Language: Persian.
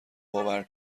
باور